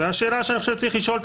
והשאלה שעכשיו אנחנו צריכים לשאול את